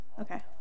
Okay